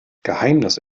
geheimnis